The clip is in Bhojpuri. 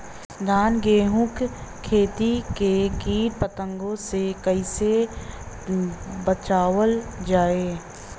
धान गेहूँक खेती के कीट पतंगों से कइसे बचावल जाए?